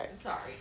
Sorry